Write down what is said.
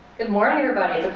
good morning everybody.